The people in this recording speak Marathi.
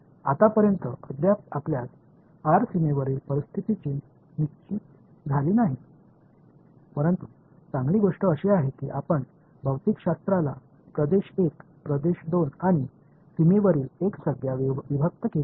आतापर्यंत अद्याप आपल्यास r सीमेवरील परिस्थिती निश्चित झाली नाही परंतु चांगली गोष्ट अशी आहे की आपण भौतिकशास्त्राला प्रदेश 1 प्रदेश 2 आणि सीमेवरील एक संज्ञा विभक्त केली आहे